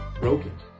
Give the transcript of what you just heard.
broken